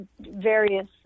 various